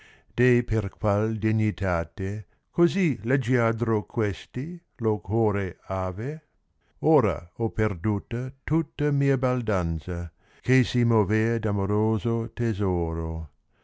deh per qual degnitate così leggiadro questi lo core ave ora ho perduta tutta mia baldanza che si motea d amoroso tesooj